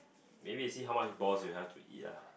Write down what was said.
maybe you see how much balls you have to eat lah